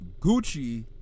Gucci